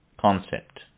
concept